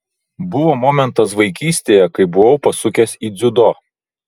buvo momentas vaikystėje kai buvau pasukęs į dziudo